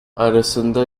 arasında